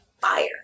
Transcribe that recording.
fire